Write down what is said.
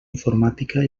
informàtica